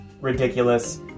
ridiculous